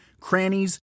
crannies